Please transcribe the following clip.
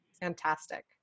Fantastic